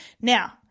Now